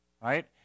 right